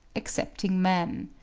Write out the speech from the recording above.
excepting man.